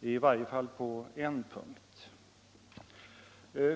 i varje fall på en punkt.